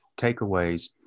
takeaways